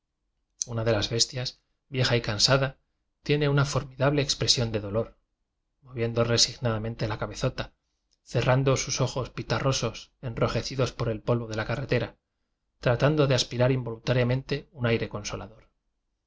una de las bestias vieja y cansada tiene una formidable ex presión de dolor moviendo resignadamente la cabezota cerrando sus ojos pitarrosos enrojecidos por el polvo de la carretera tratando de aspirar involuntariamente un aire consolador